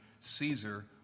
Caesar